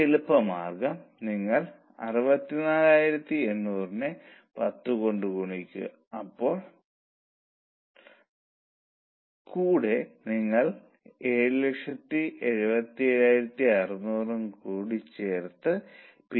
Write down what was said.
നേരത്തെ അവർ ഒരു യൂണിറ്റിന് 2 മണിക്കൂർ എടുത്തിരുന്നതായി നിങ്ങൾ ഓർക്കുന്നുവെങ്കിൽ അവർ അത് വെട്ടിക്കുറയ്ക്കണം